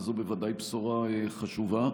אז זו בוודאי בשורה חשובה.